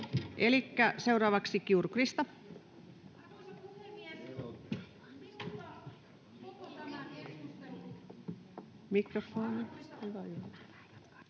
seuraavaksi Kiuru, Krista.